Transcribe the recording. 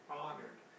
honored